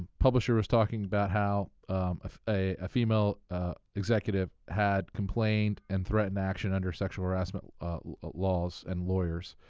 publisher was talking about how ah a female executive had complained and threatened action under sexual harassment laws and lawyers,